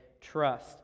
Trust